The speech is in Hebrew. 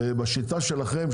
ובשיטה שלכם,